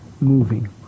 moving